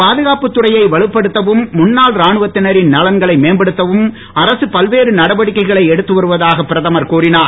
பாதுகாப்பு துறையை வலுப்படுத்தவும் முன்னாள் ராணுவத்தினரின் நலன்கனை மேம்படுத்தவும் அரசு பல்வேறு நடவடிக்கைகளை எடுத்து வருவதாக பிரதமர் கூறினார்